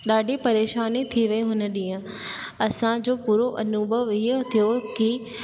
ॾाढी परेशानी थी वई हुन ॾींहं असां जो बुरो अनुभव इहो थियो की